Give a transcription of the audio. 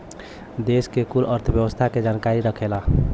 देस के कुल अर्थव्यवस्था के जानकारी रखेला